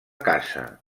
casa